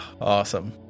awesome